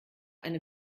eine